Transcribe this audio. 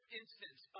instance